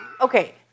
Okay